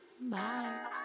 Bye